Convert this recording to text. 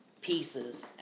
pieces